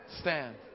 stand